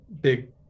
big